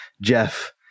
Jeff